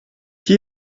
qui